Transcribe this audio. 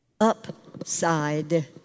upside